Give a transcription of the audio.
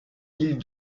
île